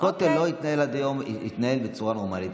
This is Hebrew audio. הכותל התנהל עד היום בצורה נורמלית,